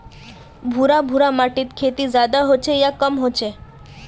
भुर भुरा माटिर खेती ज्यादा होचे या कम होचए?